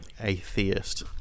atheist